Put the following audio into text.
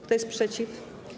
Kto jest przeciw?